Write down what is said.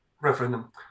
referendum